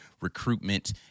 recruitment